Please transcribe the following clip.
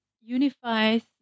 unifies